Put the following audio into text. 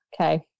Okay